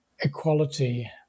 equality